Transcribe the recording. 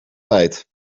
tijd